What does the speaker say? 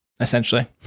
essentially